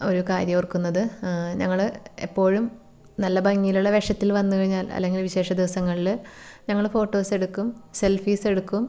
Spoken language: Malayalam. ഒരു കാര്യം ഓർക്കുന്നത് ഞങ്ങൾ എപ്പോഴും നല്ല ഭംഗിയുള്ള വേഷത്തിൽ വന്നു കഴിഞ്ഞാൽ അല്ലെങ്കിൽ വിശേഷദിവസങ്ങളിൽ ഞങ്ങൾ ഫോട്ടോസെടുക്കും സെൽഫീസെടുക്കും